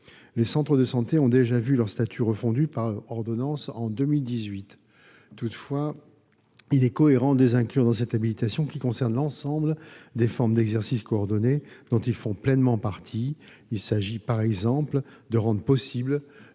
les centres de santé ont déjà vu leur statut refondu par ordonnance en 2018. Toutefois, il est cohérent de les inclure dans cette habilitation, qui concerne l'ensemble des formes d'exercice coordonné, dont ils font pleinement partie. Il s'agit, par exemple, de rendre possible